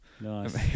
Nice